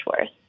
worse